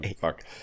fuck